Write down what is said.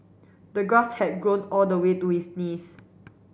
the grass had grown all the way to his knees